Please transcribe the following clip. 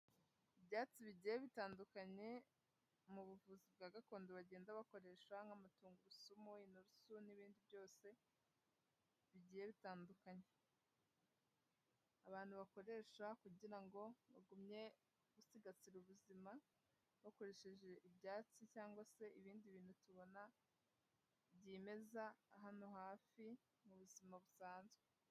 Ibyatsi bigiye bitandukanye, mu buvuzi bwa gakondo bagenda bakoresha nk'amatungurusumu, inturusu n'ibindi byose bigiye bitandukanye. Abantu bakoresha kugira ngo bagumye gusigasira ubuzima, bakoresheje ibyatsi cyangwa se ibindi bintu tubona byimeza hano hafi mu buzima busanzwe.